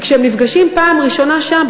כי כשהם נפגשים בפעם הראשונה שם,